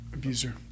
Abuser